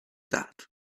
that